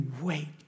wait